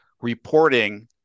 reporting